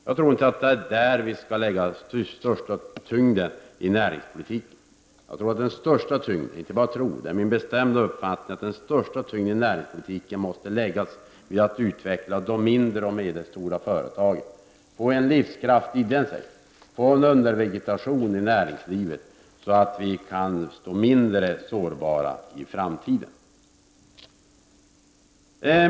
Jag tror inte att det är där vi skall lägga den största tyngden i näringspolitiken. Jag inte bara tror, utan det är min bestämda uppfattning, att den största tyngden i näringspolitiken måste läggas vid att utveckla de mindre och medelstora företagen så att vi får en livskraft i den sektorn. Vi måste få en undervegetation i näringslivet så att vi blir mindre sårbara i framtiden.